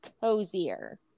cozier